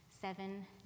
seven